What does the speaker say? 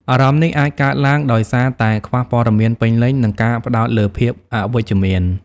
អារម្មណ៍នេះអាចកើតឡើងដោយសារតែ ខ្វះព័ត៌មានពេញលេញ និងការផ្តោតលើភាពអវិជ្ជមាន។